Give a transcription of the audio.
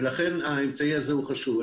ולכן הכלי הזה הוא חשוב.